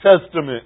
Testament